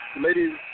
Ladies